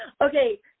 okay